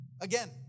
again